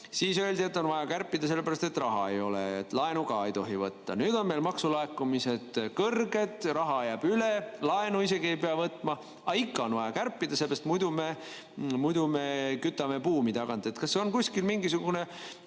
siis öeldi, et on vaja kärpida sellepärast, et raha ei ole, ja laenu ka ei tohi võtta. Nüüd on meil maksulaekumised kõrged, raha jääb üle, isegi laenu ei pea võtma, aga ikka on vaja kärpida, seepärast et muidu me kütame buumi. Kas on kuskil mingisugune